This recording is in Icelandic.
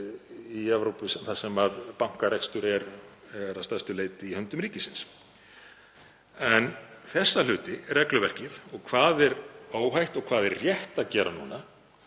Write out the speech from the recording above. í Evrópu þar sem bankarekstur er að stærstu leyti í höndum ríkisins. En þessa hluti, regluverkið, og hvað er óhætt og hvað er rétt að gera núna,